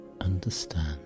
understand